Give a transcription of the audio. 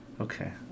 Okay